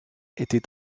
était